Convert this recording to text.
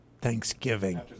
Thanksgiving